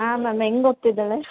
ಹಾಂ ಮ್ಯಾಮ್ ಹೆಂಗೆ ಓದ್ತಿದ್ದಾಳೆ